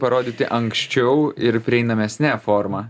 parodyti anksčiau ir prieinamesne forma